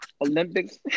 Olympics